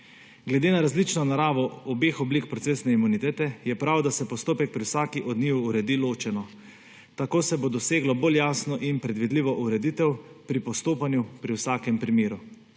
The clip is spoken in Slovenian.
Glede na različno naravo obeh oblik procesne imunitete je prav, da se postopek pri vsaki od njiju uredi ločeno. Tako se bo doseglo bolj jasno in predvidljivo ureditev pri postopanju pri vsakem primeru.